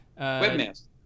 webmaster